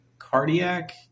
cardiac